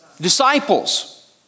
disciples